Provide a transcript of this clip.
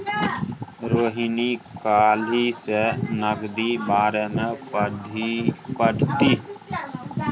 रोहिणी काल्हि सँ नगदीक बारेमे पढ़तीह